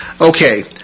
Okay